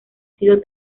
sido